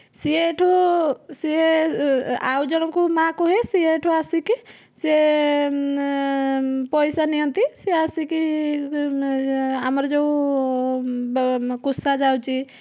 ସେଇଠୁ ସେ ଆଉ ଜଣକୁ ମା କୁହେ ସେଇଠୁ ଆସିକି ସେ ପଇସା ନିଅନ୍ତି ସେ ଆସିକି ଆମର ଯେଉଁ କୁଶା ଯାଉଛି